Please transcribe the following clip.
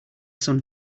sun